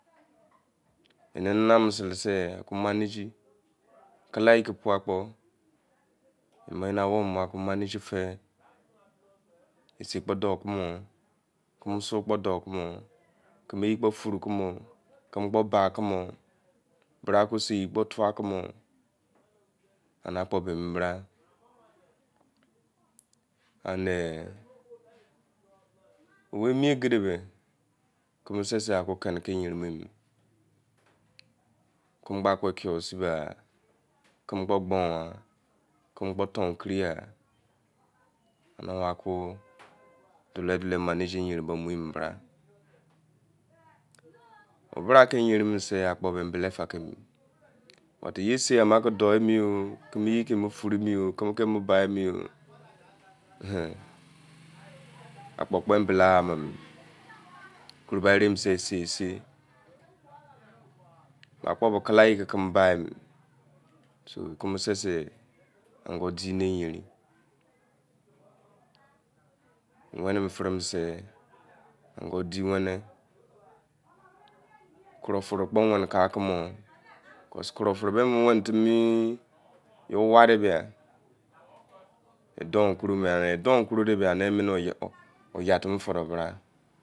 Ehama me sele sei ke an-go managi keli angu kpo managi fai mu sou kpo do kumo, kemeye kpo fura kumor, keme kpo ba kumor bra ke sei ke fua kumor ene akpa bah mi bra, owei mein gefe ibah, kumu sei si kane ke fi yarin, kuro gbe kiyosoe sibei, keme kpo gbiri wa, keme kpo fuuu kiri ya doli doli manage yerin bra mo-bra lie yanh mena sai akpo bele-fa-ke mi but sar ame ke do, mie oh, keme ye ke furu mi oh keme ree, bai mi-yo, akpo kpo bofe, koro bai re sei sei, eme akpo ka-le ye ke, keme bamione, kanu sei an-go di ke yarin, wene-bu fere sei an-go di wane kuro fere kpo wane ka kumor, kuro fare wene fimi- yoi owa de belu tun, koro fe oya fimi fei-te bra.